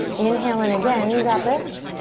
inhale in again, you got this.